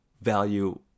value